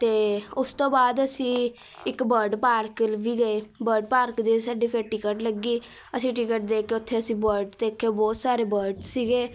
ਅਤੇ ਉਸ ਤੋਂ ਬਾਅਦ ਅਸੀਂ ਇੱਕ ਬਰਡ ਪਾਰਕਲ ਵੀ ਗਏ ਬਰਡ ਪਾਰਕ ਦੀ ਸਾਡੀ ਫਿਰ ਟਿਕਟ ਲੱਗੀ ਅਸੀਂ ਟਿਕਟ ਦੇ ਕੇ ਉੱਥੇ ਅਸੀਂ ਬਰਡ ਦੇਖੇ ਬਹੁਤ ਸਾਰੇ ਬਰਡ ਸੀਗੇ